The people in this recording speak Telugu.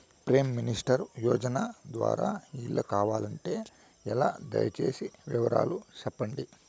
ప్రైమ్ మినిస్టర్ యోజన ద్వారా ఇల్లు కావాలంటే ఎలా? దయ సేసి వివరాలు సెప్పండి?